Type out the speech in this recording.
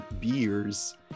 beers